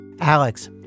Alex